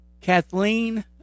Kathleen